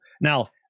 Now